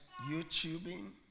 YouTubing